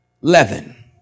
leaven